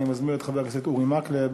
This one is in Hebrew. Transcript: אני מזמין את חבר הכנסת אורי מקלב